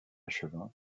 échevin